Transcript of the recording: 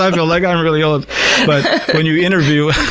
i feel like i'm really old! but when you interview